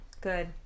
good